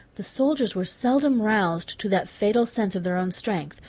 the soldiers were seldom roused to that fatal sense of their own strength,